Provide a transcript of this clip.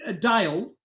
Dale